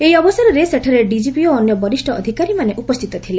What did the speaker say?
ଏହି ଅବସରରେ ସେଠାରେ ଡିକିପି ଓ ଅନ୍ୟ ବରିଷ୍ଣ ଅଧିକାରୀମାନେ ଉପସ୍ଥିତ ଥିଲେ